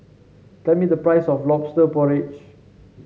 tell me the price of lobster porridge